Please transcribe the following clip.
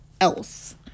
else